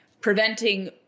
preventing